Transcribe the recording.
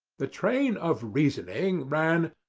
the train of reasoning ran,